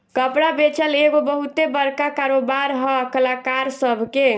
कपड़ा बेचल एगो बहुते बड़का कारोबार है कलाकार सभ के